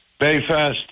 Bayfest